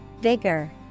Vigor